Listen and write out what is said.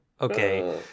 okay